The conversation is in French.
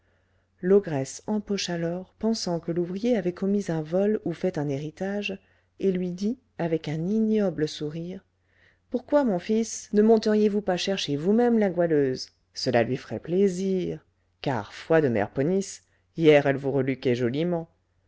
l'ogresse empocha l'or pensant que l'ouvrier avait commis un vol ou fait un héritage et lui dit avec un ignoble sourire pourquoi mon fils ne monteriez vous pas chercher vous-même la goualeuse cela lui ferait plaisir car foi de mère ponisse hier elle vous reluquait joliment